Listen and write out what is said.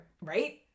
Right